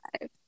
five